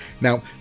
Now